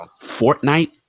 Fortnite